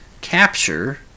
capture